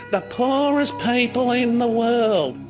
but poorest people in the world.